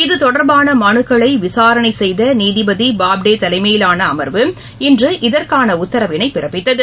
இதுதொடர்பானமனுக்களைவிசாரணைசெய்தநீதிபதிபாப்டேதலைமையிலானஅமர்வு இன்று இதற்கானஉத்தரவினைபிறப்பித்தது